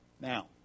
Now